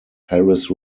harris